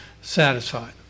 satisfied